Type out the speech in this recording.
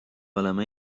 olema